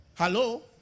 Hello